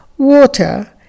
water